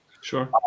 Sure